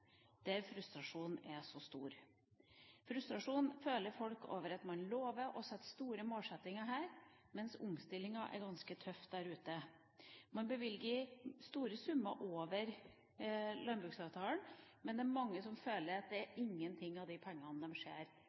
der frustrasjonen er så stor. Folk føler frustrasjon over at man lover og setter seg store mål. Omstillinga er ganske tøff der ute. Man bevilger store summer over landbruksavtalen, men det er mange som føler at ikke noen av de pengene